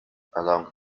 along